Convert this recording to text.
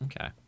Okay